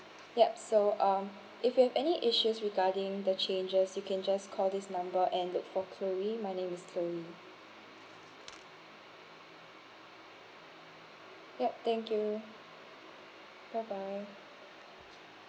yup so um if you have any issues regarding the changes you can just call this number and look for chloe my name is chloe yup thank you bye bye